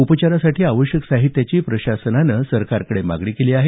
उपचारासाठी आवश्यक साहित्याची प्रशासनाने सरकारकडे मागणी केली आहे